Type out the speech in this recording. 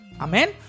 Amen